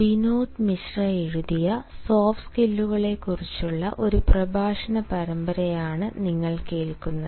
ബിനോദ് മിശ്ര എഴുതിയ സോഫ്റ്റ് സ്കില്ലുകളെക്കുറിച്ചുള്ള ഒരു പ്രഭാഷണ പരമ്പരയാണ് നിങ്ങൾ കേൾക്കുന്നത്